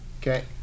Okay